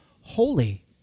holy